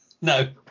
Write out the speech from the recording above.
no